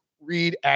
read